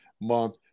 month